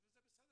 זה בסדר,